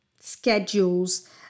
schedules